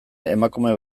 emakume